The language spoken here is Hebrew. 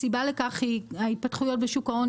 והסיבה לכך היא ההתפתחויות בשוק ההון,